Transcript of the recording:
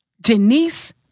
Denise